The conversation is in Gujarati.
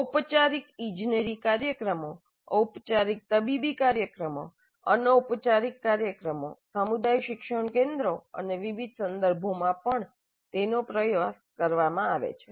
ઔપચારિક ઇજનેરી કાર્યક્રમો ઔપચારિક તબીબી કાર્યક્રમો અનૌપચારિક કાર્યક્રમો સમુદાય શિક્ષણ કેન્દ્રો અને વિવિધ સંદર્ભોમાં પણ તેનો પ્રયાસ કરવામાં આવ્યો છે